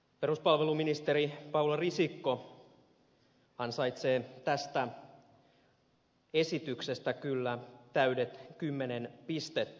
peruspalveluministeri paula risikko ansaitsee tästä esityksestä kyllä täydet kymmenen pistettä